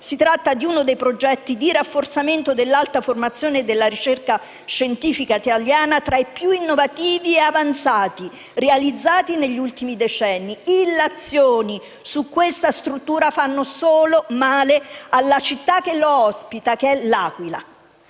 Si tratta di uno dei progetti di rafforzamento dell'alta formazione e della ricerca scientifica italiana, tra i più innovativi e avanzati realizzati negli ultimi decenni. Illazioni su questa struttura fanno solo male alla città che la ospita, ovvero L'Aquila,